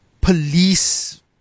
police